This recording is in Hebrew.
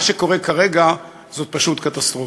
מה שקורה כרגע זאת פשוט קטסטרופה.